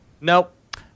Nope